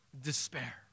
Despair